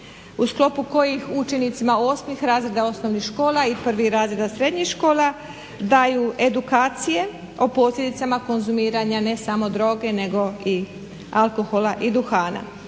u sklopu kojih učenicima osmih razreda osnovnih škola i prvih razreda srednjih škola daju edukacije o posljedicama konzumiranja ne samo droge nego i alkohola i duhana.